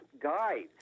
guides